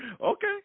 Okay